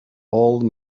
old